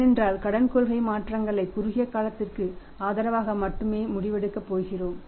ஏனென்றால் கடன் கொள்கை மாற்றங்களை குறுகிய காலத்திற்கு ஆதரவாக மட்டுமே முடிவெடுக்கப் போகிறோம்